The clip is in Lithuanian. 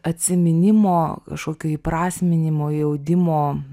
atsiminimo kažkokio įprasminimo įaudimo